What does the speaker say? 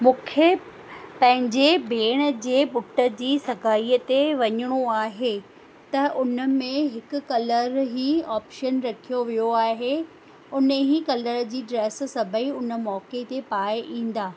मूंखे पंहिंजे भेण जे पुट जी सगाईअ ते वञिणो आहे त उन में हिकु कलर ई ऑपशन रखियो वियो आहे उन ई कलर जी ड्रेस सभेई उन मौक़े ते पाए ईंदा